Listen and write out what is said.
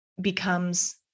becomes